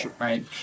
right